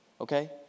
Okay